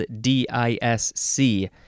D-I-S-C